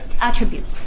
attributes